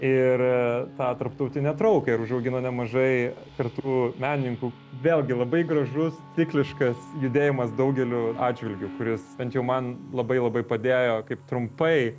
ir tą tarptautinę trauką ir užaugino nemažai tarp tų menininkų vėlgi labai gražus cikliškas judėjimas daugeliu atžvilgių kuris bent jau man labai labai padėjo kaip trumpai